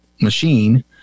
machine